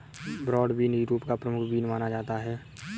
broad bean Europe का प्रमुख bean माना जाता है